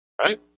Right